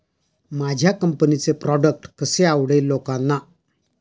माझ्या कंपनीचे प्रॉडक्ट कसे आवडेल लोकांना?